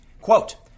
Quote